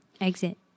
Exit